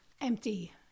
Empty